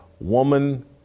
Woman